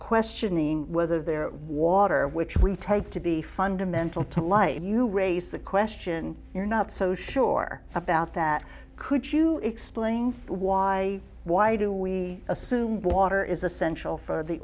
questioning whether they're water which we type to be fundamental to life and you raise the question you're not so sure about that could you explain why why do we assume water is essential for the